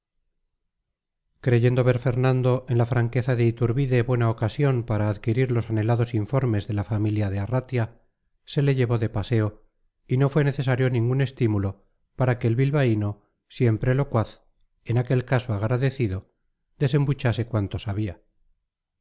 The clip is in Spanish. creyendo ver fernando en la franqueza de iturbide buena ocasión para adquirir los anhelados informes de la familia de arratia se le llevó de paseo y no fue necesario ningún estímulo para que el bilbaíno siempre locuaz en aquel caso agradecido desembuchase cuanto sabía